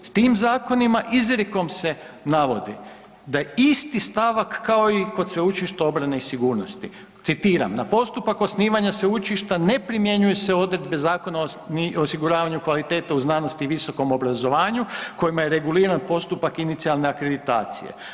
Tim zakonima izrijekom se navodi da je isti stavak kao i kod Sveučilišta obrane i sigurnosti, citiram, na postupak osnivanja Sveučilišta ne primjenjuje se odredbe Zakona o osiguravanju kvalitete u znanosti i visokom obrazovanju kojima je reguliran postupak inicijalne akreditacije.